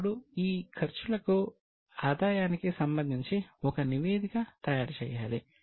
ఇప్పుడు ఈ ఖర్చులకు ఆదాయానికి సంబంధించి ఒక నివేదిక తయారు చేయాలి